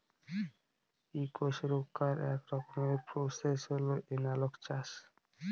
eco সুরক্ষার এক রকমের প্রসেস হল এনালগ চাষ